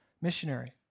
missionary